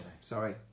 Sorry